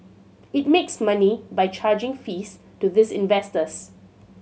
it makes money by charging fees to these investors